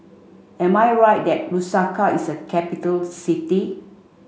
am I right that Lusaka is a capital city